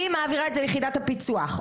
היא מעבירה את זה ליחידת הפיצו"ח.